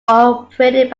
operated